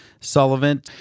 Sullivan